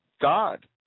God